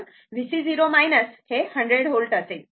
तर VC0 100 volt असेल